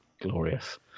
Glorious